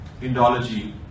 Indology